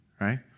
right